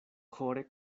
ĥore